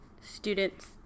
students